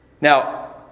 now